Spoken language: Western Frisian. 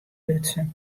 lutsen